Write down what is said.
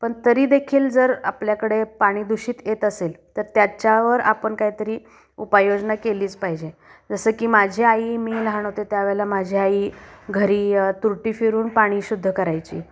पण तरीदेखील जर आपल्याकडे पाणी दूषित येत असेल तर त्याच्यावर आपण काहीतरी उपाययोजना केलीच पाहिजे जसं की माझी आई मी लहान हो ते त्यावेळेला माझी आई घरी तुरटी फिरवून पाणी शुद्ध करायची